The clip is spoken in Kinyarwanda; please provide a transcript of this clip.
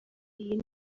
iyi